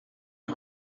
est